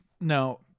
no